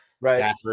right